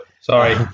sorry